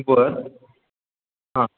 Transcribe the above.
बरं हांं